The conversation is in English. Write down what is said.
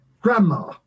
Grandma